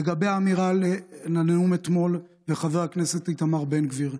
לגבי האמירה על הנאום אתמול ועל חבר הכנסת איתמר בן גביר,